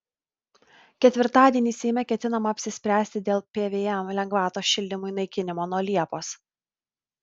ketvirtadienį seime ketinama apsispręsti dėl pvm lengvatos šildymui naikinimo nuo liepos